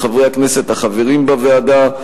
לחברי הכנסת החברים בוועדה,